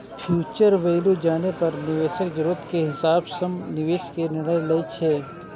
future value जानै पर निवेशक जरूरत के हिसाब सं निवेश के निर्णय लै छै